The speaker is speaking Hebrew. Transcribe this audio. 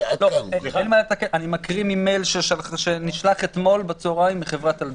אני מקריא ממייל שנשלח אתמול בצהריים מחברת טלדור.